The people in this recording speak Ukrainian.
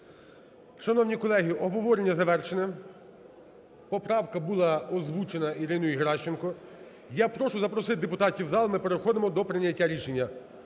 Шановні колеги, обговорення завершене. Поправка була озвучена Іриною Геращенко. Я прошу запросити депутатів в зал, ми переходимо до прийняття рішення.